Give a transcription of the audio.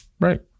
Right